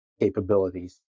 capabilities